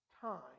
time